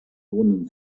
lohnen